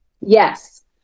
Yes